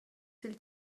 sil